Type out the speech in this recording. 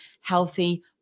healthy